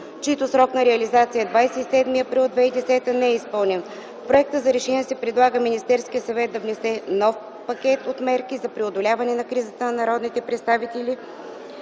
чийто срок на реализация е 27 април 2010 г., не е изпълнен. В Проекта за решение се предлага Министерският съвет да внесе нов пакет от мерки за преодоляване на кризата и народните представители